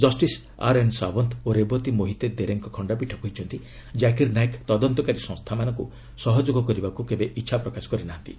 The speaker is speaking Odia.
ଜଷ୍ଟିସ୍ ଆର୍ଏନ୍ ସାବନ୍ତ ଓ ରେବତୀ ମୋହିତେ ଦେରେଙ୍କ ଖଶ୍ଚପୀଠ କହିଛନ୍ତି କାକିର ନାଏକ ତଦନ୍ତକାରୀ ସଂସ୍ଥାମାନଙ୍କୁ ସହଯୋଗ କରିବାକୁ କେବେ ଇଚ୍ଛା ପ୍ରକାଶ କରି ନାହାନ୍ତି